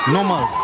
Normal